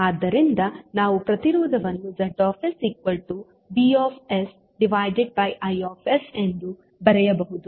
ಆದ್ದರಿಂದ ನಾವು ಪ್ರತಿರೋಧವನ್ನು ZVI ಎಂದು ಬರೆಯಬಹುದು